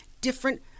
different